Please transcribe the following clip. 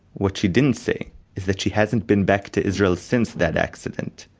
what she didn't say is that she hasn't been back to israel since that accident,